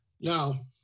Now